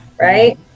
Right